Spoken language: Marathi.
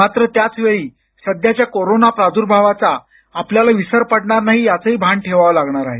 मात्र त्याचवेळी सध्याच्या कोरोना प्रादुर्भावाचा आपल्याला विसर पडणार नाही याचंही भान ठेवावं लागणार आहे